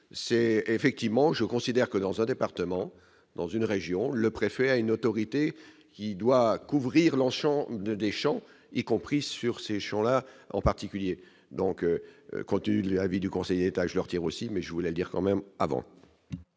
c'est effectivement je considère que dans un département, dans une région, le préfet a une autorité qui doit couvrir Longchamp de Deschamps, y compris sur ces gens-là en particulier, donc quand il y avait du Conseil étage leur tire aussi, mais je voulais dire quand même avant.